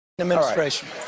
Administration